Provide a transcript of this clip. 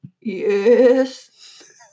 Yes